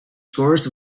scores